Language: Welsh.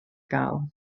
gael